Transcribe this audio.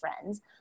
friends